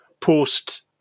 post